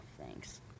thanks